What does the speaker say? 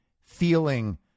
feeling